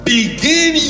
Begin